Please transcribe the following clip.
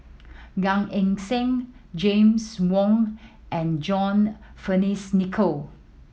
Gan Eng Seng James Wong and John Fearns Nicoll